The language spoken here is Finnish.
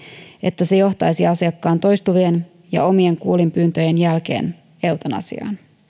että se johtaisi potilaan toistuvien omien kuolinpyyntöjen jälkeen eutanasiaan